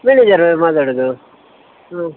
ಮ್ಯಾನೇಜರೇ ಮಾತಾಡೋದು ಹಾಂ